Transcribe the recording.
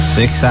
six